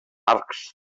arcs